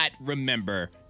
remember